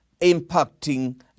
impacting